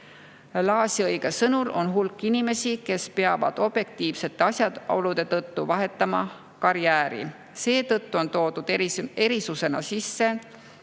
Laasi-Õige sõnul on hulk inimesi, kes peavad objektiivsete asjaolude tõttu karjääri vahetama. Seetõttu on toodud erisusena sisse,